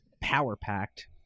power-packed